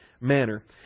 manner